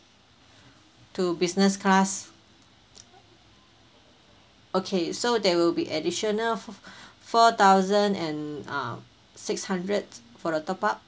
to business class okay so there will be additional fo~ four thousand and ah six hundred for the top up